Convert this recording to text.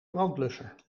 brandblusser